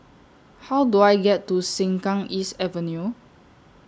How Do I get to Sengkang East Avenue